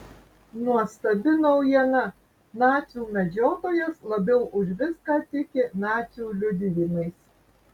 nuostabi naujiena nacių medžiotojas labiau už viską tiki nacių liudijimais